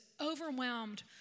overwhelmed